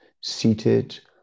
seated